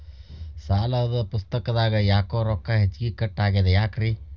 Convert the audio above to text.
ಸಾಲದ ಪುಸ್ತಕದಾಗ ಯಾಕೊ ರೊಕ್ಕ ಹೆಚ್ಚಿಗಿ ಕಟ್ ಆಗೆದ ಯಾಕ್ರಿ?